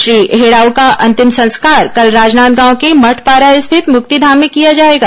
श्री हेड़ाउ का अंतिम संस्कार कल राजनांदगांव के मठपारा स्थित मुक्तिधाम में किया जाएगा